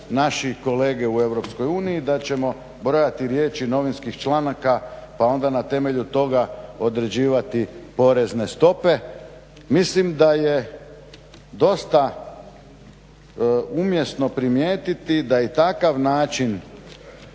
Europskoj uniji da ćemo brojati riječi novinskih članaka pa onda na temelju toga određivati porezne stope. Mislim da je dosta umjesno primijetiti da takav način